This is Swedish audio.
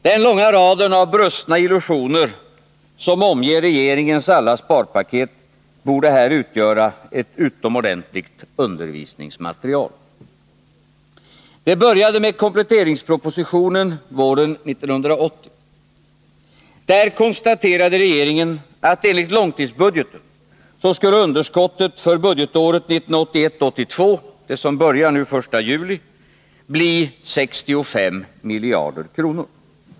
Den långa raden av brustna illusioner som omger regeringens alla sparpaket borde här utgöra ett utomordentligt undervisningsmaterial. Det började med kompletteringspropositionen på våren 1980. Där konstaterade regeringen att enligt långtidsbudgeten skulle underskottet för budgetåret 1981/82— det som börjar nu den 1 juli — bli 65 miljarder.